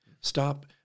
Stop